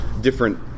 different